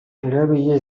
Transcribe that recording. erabilia